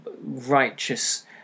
righteous